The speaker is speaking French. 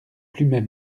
plumet